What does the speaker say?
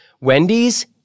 Wendy's